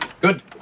Good